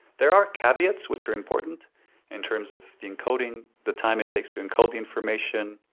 there are caveats, which are important in terms of the encoding, the time it takes to encode the information,